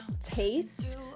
taste